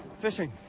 fishing.